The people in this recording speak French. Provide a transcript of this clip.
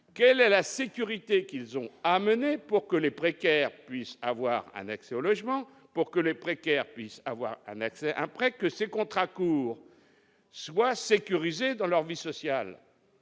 quelle est la sécurité qu'ils ont à mener pour que les précaires, puissent avoir un accès au logement pour que les précaires, puissent avoir un accès après que ces contrats courts soient sécurisés dans leur vie sociale